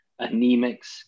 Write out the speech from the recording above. anemics